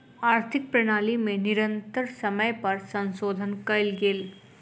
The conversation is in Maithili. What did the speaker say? आर्थिक प्रणाली में निरंतर समय पर संशोधन कयल गेल